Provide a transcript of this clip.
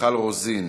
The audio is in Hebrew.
ומיכל רוזין.